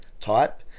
type